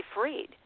freed